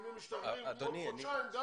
אם הם משתחררים בעוד חודשיים.